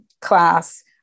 class